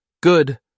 Good